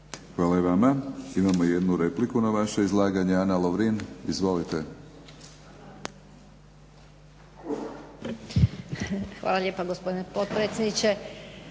Hvala i vama. Imamo jednu repliku na vaše izlaganje, Ana Lovrin. Izvolite. **Lovrin, Ana (HDZ)** Hvala lijepa gospodine potpredsjedniče.